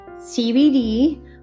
CBD